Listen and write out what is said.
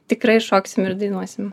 tikrai šoksim ir dainuosim